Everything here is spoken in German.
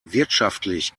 wirtschaftlich